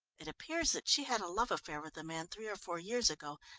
it appears that she had a love affair with a man three or four years ago,